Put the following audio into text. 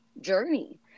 journey